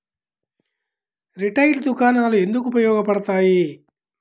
Retail దుకాణాలు ఎందుకు ఉపయోగ పడతాయి?